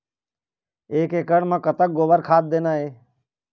एक एकड़ म कतक गोबर खाद देना ये?